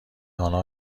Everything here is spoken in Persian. آنها